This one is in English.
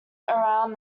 around